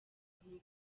bihumbi